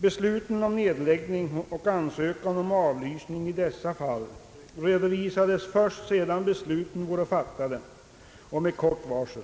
Besluten om nedläggning och ansökan om avlysning i dessa fall redovisades först sedan besluten var fattade och med kort varsel.